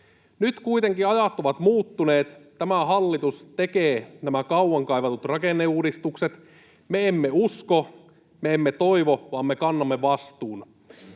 Nyt kuitenkin ajat ovat muuttuneet. Tämä hallitus tekee nämä kauan kaivatut rakenneuudistukset. Me emme usko, me emme toivo, vaan me kannamme vastuun.